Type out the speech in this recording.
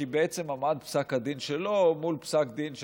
כי בעצם עמד פסק הדין שלו מול פסק דין של